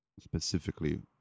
specifically